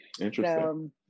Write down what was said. Interesting